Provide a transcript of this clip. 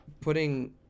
putting